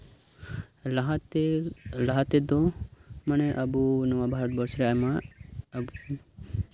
ᱞᱟᱦᱟᱛᱮ ᱞᱟᱦᱟ ᱛᱮᱫᱚ ᱢᱟᱱᱮ ᱱᱚᱶᱟ ᱵᱷᱟᱨᱚᱛᱵᱚᱨᱥᱚ ᱨᱮ ᱟᱭᱢᱟ